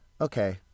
Okay